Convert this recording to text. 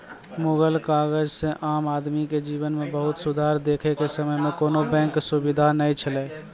मुगल काजह से आम आदमी के जिवन मे बहुत सुधार देखे के समय मे कोनो बेंक सुबिधा नै छैले